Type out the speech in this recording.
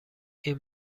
این